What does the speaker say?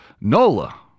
NOLA